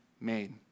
made